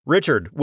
Richard